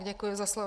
Děkuji za slovo.